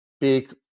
big